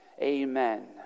amen